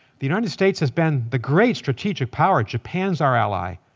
the united states has been the great strategic power. japan's our ally.